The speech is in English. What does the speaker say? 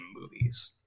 movies